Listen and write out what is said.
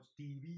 TV